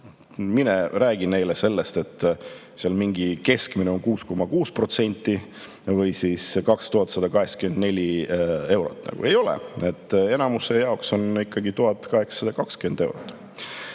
Mine räägi neile sellest, et mingi keskmine on 6,6% või 2184 eurot. Ei ole! Enamuse jaoks on ikkagi 1820 eurot.